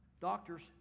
doctors